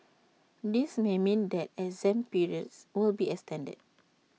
this may mean that exam periods will be extended